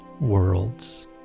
worlds